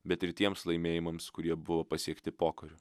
bet ir tiems laimėjimams kurie buvo pasiekti pokariu